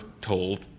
told